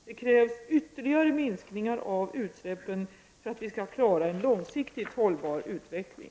Det krävs ytterligare minskningar av utsläppen för att vi skall klara en långsiktigt hållbar utveckling.